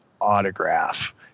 autograph